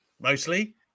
Mostly